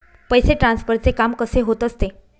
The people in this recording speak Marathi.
पैसे ट्रान्सफरचे काम कसे होत असते?